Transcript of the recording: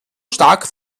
stark